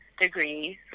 degrees